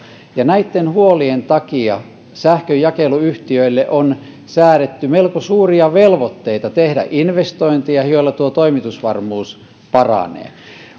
ja näitten huolien takia sähkönjakeluyhtiöille on säädetty melko suuria velvoitteita tehdä investointeja joilla tuo toimitusvarmuus paranee